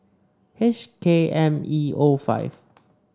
H K M E O five